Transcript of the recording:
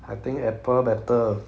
I think Apple better